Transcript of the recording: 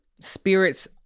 spirits